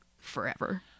forever